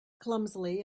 clumsily